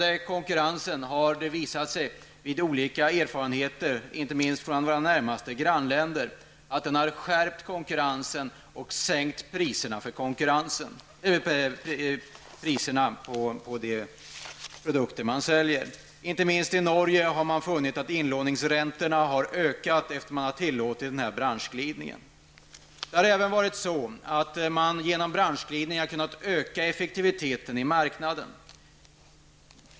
Erfarenheter inte minst från våra närmaste grannländer har visat att priserna för konsumenterna har kunnat sänkas. Inte minst i Norge har man funnit att inlåningsräntorna har ökat sedan man tillåtit denna branschglidning. Genom branschglidningen har man även kunnat öka effektiviteten på marknaden.